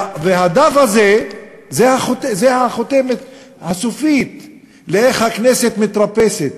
הדף הזה, זאת החותמת הסופית של איך הכנסת מתרפסת,